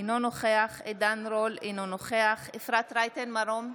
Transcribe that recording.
אינו נוכח עידן רול, אינו נוכח אפרת רייטן מרום,